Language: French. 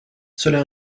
cela